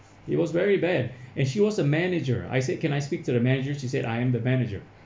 it was very bad and she was a manager I said can I speak to the manager she said I am the manager